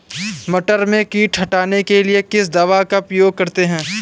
मटर में कीट हटाने के लिए किस दवा का प्रयोग करते हैं?